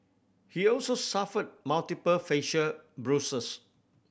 he also suffered multiple facial bruises